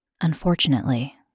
Unfortunately